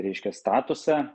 reiškia statusą